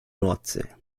nordsee